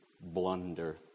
blunder